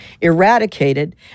Eradicated